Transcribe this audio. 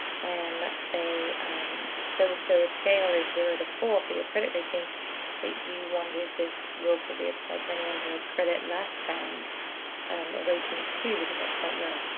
and let's say the the scale is zero to four for your credit rating that you wanted this rule to be applied for anyone who has credit less than a rating of two because that's quite low.